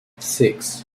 six